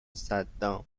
صدام